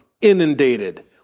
inundated